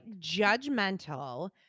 judgmental